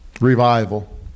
revival